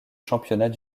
championnats